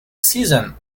season